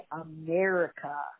America